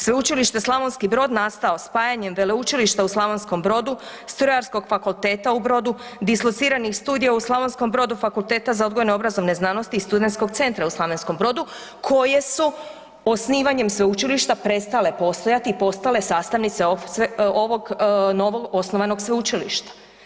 Sveučilište Slavonski Brod nastao spajanjem Veleučilišta u Slavonskom Brodu, Strojarskog fakulteta u Brodu, dislociranih studija u Slavonskom Brodu, Fakulteta za odgojno-obrazovne znanosti i Studentskog centra u Slavonskom Brodu koje su osnivanjem sveučilišta prestale postojati i postale sastavnice ovog novog osnovanog sveučilišta.